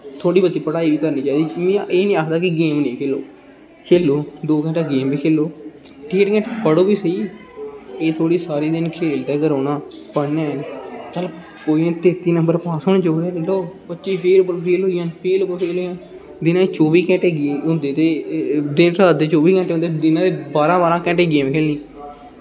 थोह्ड़ी बहुत पढ़ाई बी करनी चाहिदी कि एह् निं आक्खदे कि गेम निं खेल्लनी चाहिदी खेलो दौ घंटा गेम गै खेलो पर पढ़ो ते स्हेई इह् उनें सारा दिन खेल्लदे गै रौह्ना पढ़ना ऐ निं चलो तैतीस नंबर लैने ते बच्चे पढ़दे गै नेईं ते फेल गै फेल जिनें चौह्बी घैंटे दिन दे चौह्बी घैंटे होंदे ते दिन रात बारां बारां घैंटे गेम खेल्लनी